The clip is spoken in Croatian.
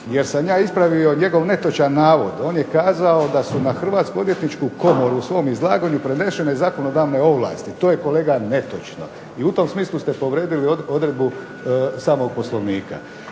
jer sam ja ispravio njegov netočan navod. On je kazao da su na Hrvatsku odvjetničku komoru u svom izlaganju prenesene zakonodavne ovlasti. To je kolega netočno i u tom smislu ste povrijedili odredbu samog Poslovnika.